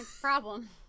problem